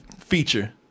feature